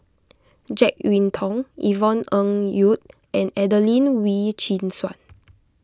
Jek Yeun Thong Yvonne Ng Uhde and Adelene Wee Chin Suan